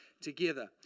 together